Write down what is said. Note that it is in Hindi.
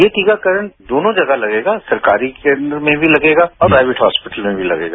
ये टीकाकरण दोनो जगह लगेगा सरकारी केन्द्र में भी लगेगा और प्राइवेट हॉस्पिटल में भी लगेगा